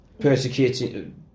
persecuting